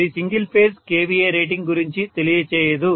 అది single phase kVA rating గురించి తెలియ చేయదు